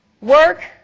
Work